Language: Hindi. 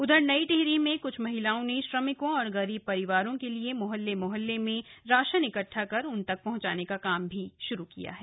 उधर नई टिहरी में क्छ महिलाओं ने श्रमिकों और गरीब परिवारों के लिए मोहल्ले मोहल्ले में राशन इकट्ठा कर उन तक पहंचाने का काम श्रू किया है